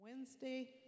Wednesday